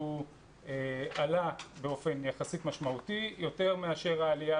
הוא עלה באופן יחסית משמעותי יותר מאשר העלייה